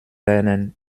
lernen